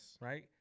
right